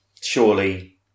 surely